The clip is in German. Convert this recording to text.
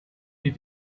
die